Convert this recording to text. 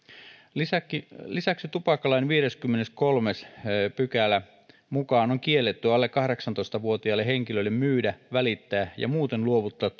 lisäksi lisäksi tupakkalain viidennenkymmenennenkolmannen pykälän mukaan on kiellettyä alle kahdeksantoista vuotiaalle henkilölle myydä välittää ja muuten luovuttaa